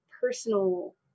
personal